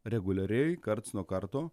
reguliariai karts nuo karto